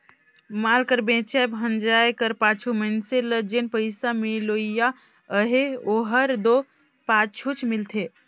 माल कर बेंचाए भंजाए कर पाछू मइनसे ल जेन पइसा मिलोइया अहे ओहर दो पाछुच मिलथे